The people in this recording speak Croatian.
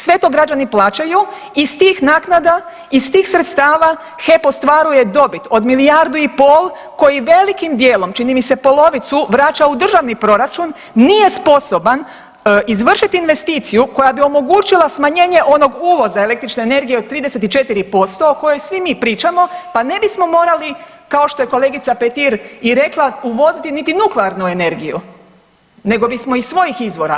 Sve to građani plaćaju iz tih naknada, iz tih sredstava HEP ostvaruje dobit od milijardu i pol koji velikim dijelom čini mi se polovicu vraća u državni proračun, nije sposoban izvršiti investiciju koja bi omogućila smanjenje onog uvoza električne energije od 34% o kojoj svi mi pričamo pa ne bismo morali kao što je kolegica Petir i rekla uvoziti niti nuklearnu energiju, nego bismo iz svojih izvora.